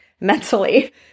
mentally